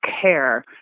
care